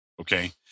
Okay